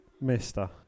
Mister